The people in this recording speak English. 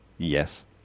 Yes